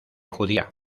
judía